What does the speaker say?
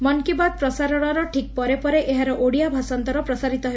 ମନ୍ କି ବାତ୍ ପ୍ରସାରଣର ଠିକ୍ ପରେ ପରେ ଏହାର ଓଡ଼ିଆ ଭାଷାନ୍ତର ପ୍ରସାରିତ ହେବ